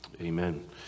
Amen